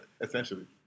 essentially